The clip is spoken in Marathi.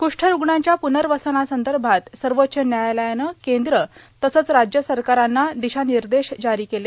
कुष्ठरूणांच्या पुनर्वसनासंदर्भात सर्वोच्च व्यायालयानं केंद्र तसंच राज्य सरकारांना दिशानिर्देश जारी केले